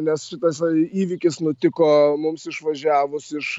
nes šitasai įvykis nutiko mums išvažiavus iš